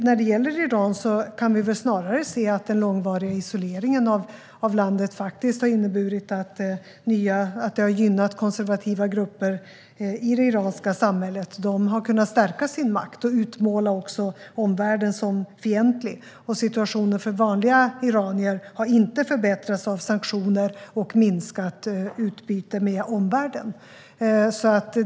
När det gäller Iran kan vi väl snarare se att den långvariga isoleringen av landet faktiskt har inneburit att konservativa grupper i det iranska samhället har gynnats. De har kunnat stärka sin makt och också utmåla omvärlden som fientlig. Situationen för vanliga iranier har inte förbättrats av sanktioner och minskat utbyte med omvärlden.